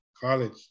College